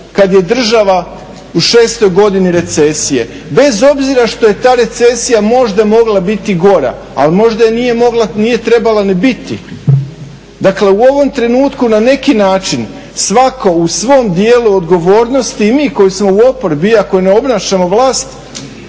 kada je država u 6.-oj godini recesije bez obzira što je ta recesija možda mogla biti i gora, ali možda nije trebala ni biti. Dakle u ovom trenutku na neki način svatko u svom dijelu odgovornosti i mi koji smo u oporbi iako ne obnašamo vlast,